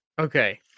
Okay